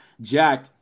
jack